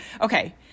Okay